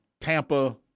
Tampa